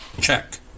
Check